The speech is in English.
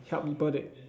help people that's